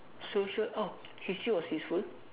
social oh history was useful